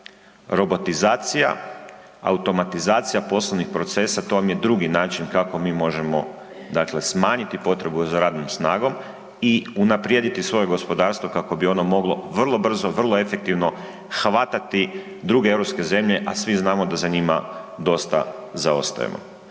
robotizacija, automatizacija poslovnih procesa, to vam je drugi način kako mi možemo dakle smanjiti potrebu za radnom snagom i unaprijediti svoje gospodarstvo kako bi ono moglo vrlo brzo, vrlo efektivno hvatati druge europske zemlje, a svi znamo da za njima dosta zaostajemo.